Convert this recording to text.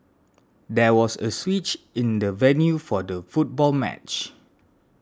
there was a switch in the venue for the football match